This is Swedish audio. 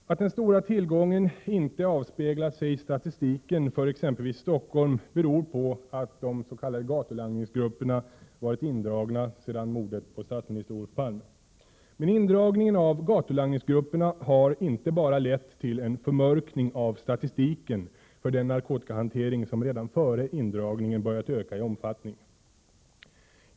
Att den stora tillgången inte avspeglat sig i statistiken för exempelvis Stockholm beror på att de s.k. gatulangningsgrupperna varit indragna efter mordet på statsminister Olof Palme. Men indragningen av gatulangningsgrupperna har inte bara lett till en förmörkning av statistiken för den narkotikahantering som redan före indragningen börjat öka i omfattning.